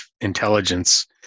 intelligence